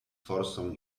forsą